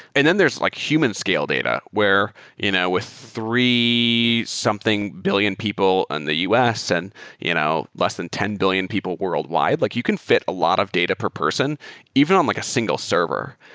and then there's like human scale data, where you know with three something billion people on the us and you know less than ten billion people worldwide, like you can fi t a lot of data per person even on like a single server.